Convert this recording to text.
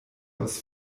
aus